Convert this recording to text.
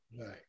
Right